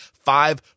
five